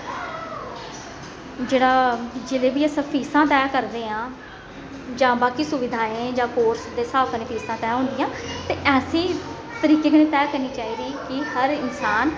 जेह्ड़ा जेह्ड़ी बी अस फीसां लै करने हां जां बीकी सुविधाएं जां कोर्स दे स्हाव कन्नै फीसां तैह् होंदियां ते ऐसे तरीके कन्नै तैह् करनी चाहिदी कि हर इंसान